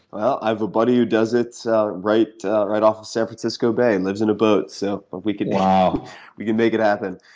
well, i have a buddy who does it so right right off of san francisco bay, and lives in a boat, so but we could, we can make it happen.